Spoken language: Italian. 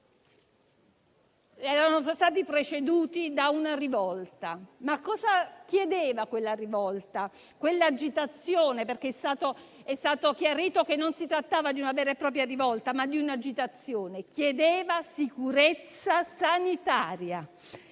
erano stati preceduti da una rivolta. Cosa chiedeva quella rivolta, anzi, quell'agitazione, perché è stato è stato chiarito che non si trattava di una vera e propria rivolta, ma di un'agitazione? Sicurezza sanitaria,